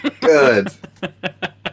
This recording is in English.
Good